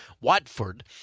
Watford